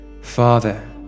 Father